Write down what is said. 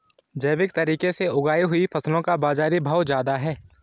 जैविक तरीके से उगाई हुई फसलों का बाज़ारी भाव ज़्यादा है